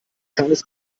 kleines